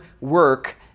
work